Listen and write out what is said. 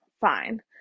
fine